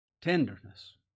Tenderness